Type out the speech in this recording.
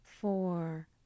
four